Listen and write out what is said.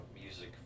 music